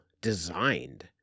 designed